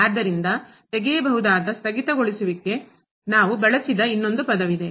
ಆದ್ದರಿಂದ ತೆಗೆಯಬಹುದಾದ ಸ್ಥಗಿತಗೊಳಿಸುವಿಕೆಗೆ ನಾವು ಬಳಸಿದ ಇನ್ನೊಂದು ಪದವಿದೆ